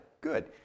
Good